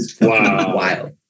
Wow